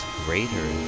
greater